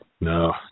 no